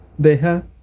Deja